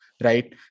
Right